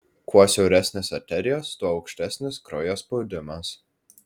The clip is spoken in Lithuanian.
kuo siauresnės arterijos tuo aukštesnis kraujo spaudimas